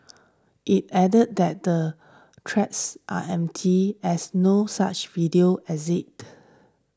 it added that the threats are empty as no such video exit